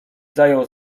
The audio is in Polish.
zajął